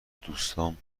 دوستام